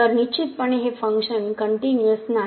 तर निश्चितपणे हे फंक्शन कनटयूनिअस नाही